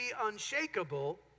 unshakable